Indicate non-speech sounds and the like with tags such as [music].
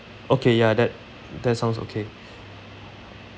okay ya that that sounds okay [breath]